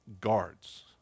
guards